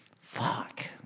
fuck